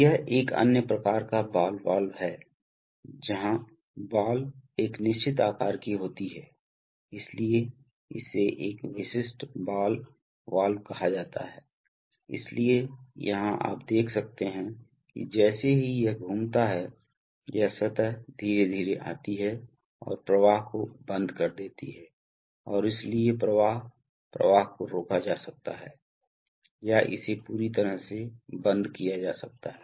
यह एक अन्य प्रकार का बॉल वाल्व है जहां बॉल एक निश्चित आकार की होती है इसलिए इसे एक विशिष्ट बॉल वाल्व कहा जाता है इसलिए यहां आप देख सकते हैं कि जैसे ही यह घूमता है यह सतह धीरे धीरे आती है और प्रवाह को बंद कर देती है और इसलिए प्रवाह प्रवाह को रोका जा सकता है या इसे पूरी तरह से बंद किया जा सकता है